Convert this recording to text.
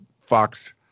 Fox